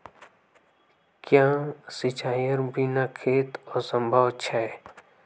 क्याँ सिंचाईर बिना खेत असंभव छै?